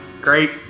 Great